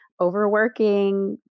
overworking